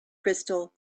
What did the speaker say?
crystal